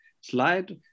slide